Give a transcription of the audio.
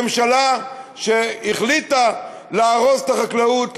ממשלה שהחליטה להרוס את החקלאות,